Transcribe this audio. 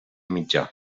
mitjà